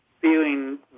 feeling